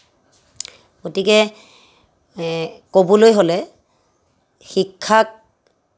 গতিকে ক'বলৈ হ'লে শিক্ষাক